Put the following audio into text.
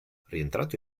rientrato